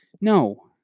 No